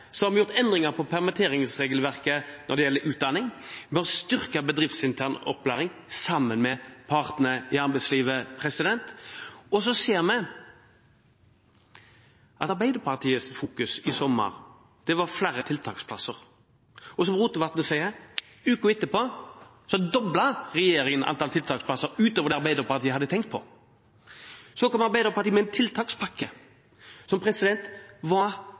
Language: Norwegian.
har vi gjort endringer i permitteringsregelverket når det gjelder utdanning, og vi har styrket bedriftsintern opplæring sammen med partene i arbeidslivet. Vi ser at Arbeiderpartiet i sommer fokuserte på flere tiltaksplasser, og som Rotevatn sier, doblet regjeringen uken etter antallet tiltaksplasser utover det som Arbeiderpartiet hadde tenkt på. Så kom Arbeiderpartiet med en tiltakspakke som var